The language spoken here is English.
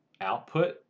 output